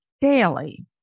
daily